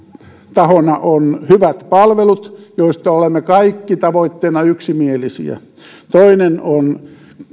tahona on hyvät palvelut josta olemme kaikki tavoitteena yksimielisiä toinen on